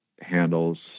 handles